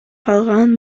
калган